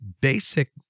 basic